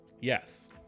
Yes